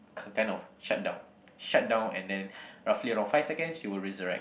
kind of shut down shut down and then roughly around five seconds she will resurrect